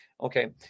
Okay